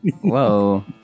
Whoa